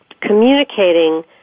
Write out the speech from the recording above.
communicating